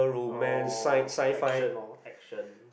oh action lor action